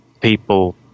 people –